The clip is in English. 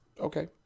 Okay